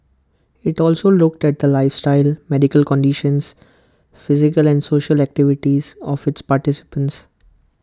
IT also looked at the lifestyles medical conditions physical and social activities of its participants